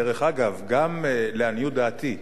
דרך אגב, גם לעניות דעתי,